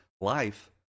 life